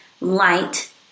light